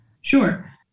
Sure